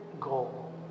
goal